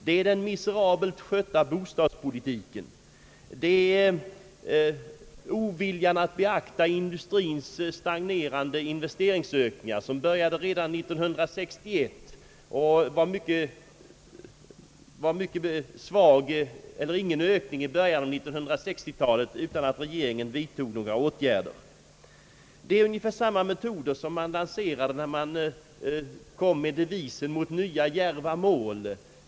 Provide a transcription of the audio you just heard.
Det är den miserabelt skötta bostadspolitiken, och det är oviljan att beakta den stagnation i industriens investeringsökningar som började 1961. I början av 1960 talet var ökningen mycket svag eller ingen alls, utan att regeringen vidtog några åtgärder. Det är ungefär samma metoder som man lanserade när man kom med devisen »Mot nya djärva mål».